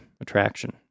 attraction